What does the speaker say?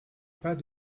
pas